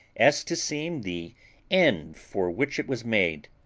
as to seem the end for which it was made.